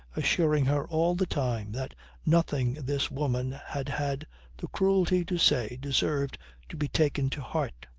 assuring her all the time that nothing this woman had had the cruelty to say deserved to be taken to heart.